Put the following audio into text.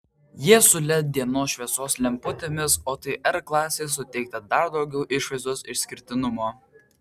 jie su led dienos šviesos lemputėmis o tai r klasei suteikia dar daugiau išvaizdos išskirtinumo